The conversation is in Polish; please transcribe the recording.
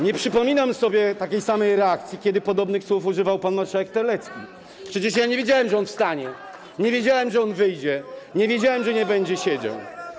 Nie przypominam sobie takiej samej reakcji, kiedy podobnych słów używał pan marszałek Terlecki: przecież ja nie wiedziałem, że on wstanie, nie wiedziałem, że on wyjdzie, nie wiedziałem, że nie będzie siedział.